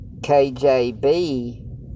KJB